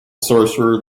sorcerer